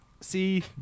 see